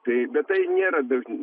tai bet tai nėra dažni